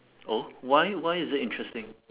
oh why why is it interesting